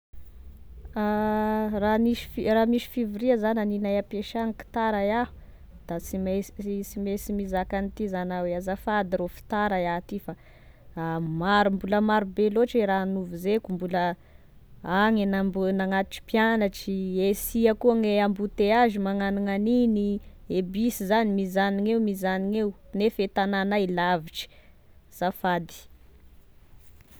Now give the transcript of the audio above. Raha nisy f-, raha misy fivoria zany haninay ampiasagna ka tara iah da sy mainsy mizaka an'ity zany ah hoe: azafady rô fa tara iah ty fa maro mbola maro loatry e raha novonzeko mbola any nambo- nagnatitrry mpiagnatry esia koa gne amboteazy magnano gn'aniny e bisy zany mizanona eo mizanona eo nefa e tagnanay e lavitry zafady.